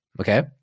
okay